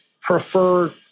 prefer